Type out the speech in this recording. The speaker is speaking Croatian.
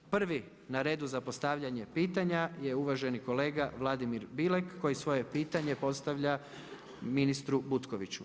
Prvi na redu za postavljanje pitanja je uvaženi kolega Vladimir Bilek koji svoje pitanje postavlja ministru Butkoviću.